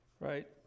right